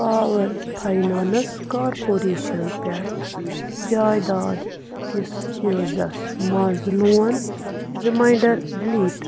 power finance corporation پٮ۪ٹھ جایداد کِس عوضَس منٛز لون ریٖماینٛڈر ڈِلیٖٹ